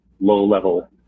low-level